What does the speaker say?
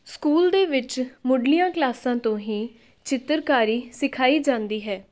school ਦੇ ਵਿੱਚ ਮੁੱਢਲੀਆਂ ਕਲਾਸਾਂ ਤੋਂ ਹੀ ਚਿੱਤਰਕਾਰੀ ਸਿਖਾਈ ਜਾਂਦੀ ਹੈ